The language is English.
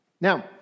Now